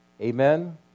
Amen